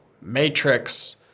matrix